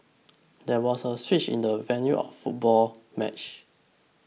there was a switch in the venue for the football match